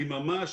אני ממש